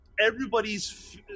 everybody's